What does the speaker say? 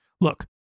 Look